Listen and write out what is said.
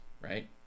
right